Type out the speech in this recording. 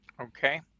Okay